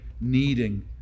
needing